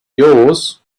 yours